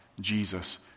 Jesus